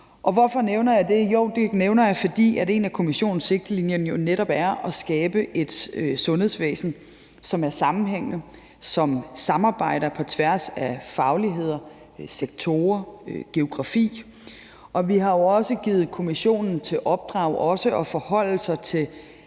Hvorfor nævner jeg det? Det gør jeg, fordi en af kommissionens sigtelinjer jo netop er at skabe et sundhedsvæsen, som er sammenhængende, og som samarbejder på tværs af fagligheder, sektorer og geografi. Vi har også givet kommissionen til opdrag at forholde sig til